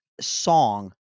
song